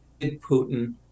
Putin